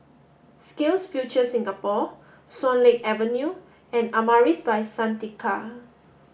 SkillsFuture Singapore Swan Lake Avenue and Amaris By Santika